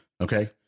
Okay